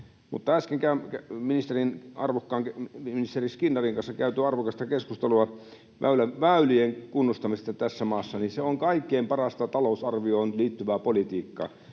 arvokkaan ministeri Skinnarin kanssa käytiin arvokasta keskustelua väylien kunnostamisesta tässä maassa. Se on kaikkein parasta talousarvioon liittyvää politiikkaa,